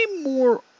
more